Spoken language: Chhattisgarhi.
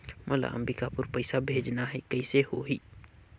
मोला अम्बिकापुर पइसा भेजना है, कइसे होही?